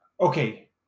Okay